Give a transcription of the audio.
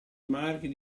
marchio